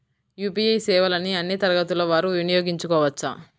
UPI సేవలని అన్నీ తరగతుల వారు వినయోగించుకోవచ్చా?